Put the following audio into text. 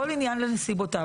כל עניין ונסיבותיו.